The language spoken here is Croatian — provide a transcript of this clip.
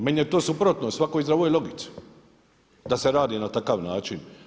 Meni je to suprotno svakoj zdravoj logici da se radi na takav način.